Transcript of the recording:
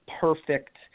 perfect –